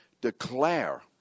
declare